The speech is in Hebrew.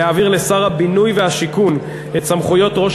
להעביר לשר הבינוי והשיכון את סמכויות ראש